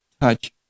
touch